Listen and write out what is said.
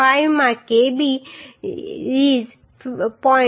5 માં kb is